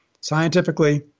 scientifically